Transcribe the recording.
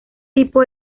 tipo